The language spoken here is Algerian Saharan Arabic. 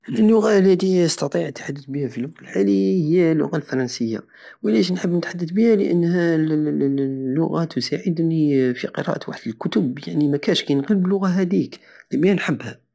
انا اللغة التي استطيع التحدت بها في الوقت الحالي هي اللغة الفرنسية وعلاش نحب نتحدت بيها لانها ل- اللغة تساعدني في قراءة واحد الكتب يعني مكاش كاين غير باللغة هاديك